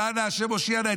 "אנא ה' הושיע נא",